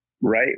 right